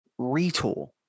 retool